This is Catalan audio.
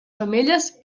femelles